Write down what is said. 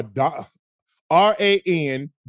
R-A-N